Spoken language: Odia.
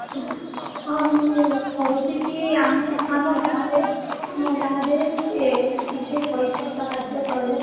ହଁ ଆଉ ମୁଁ କହୁଛି କି ଆମ ଆମ ଗାଁରେ ଆମ ଗାଁରେ ଇଏ ଟିକେ ପଇସା ସାହାଯ୍ୟ କଲେ